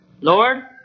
Lord